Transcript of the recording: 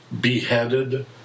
beheaded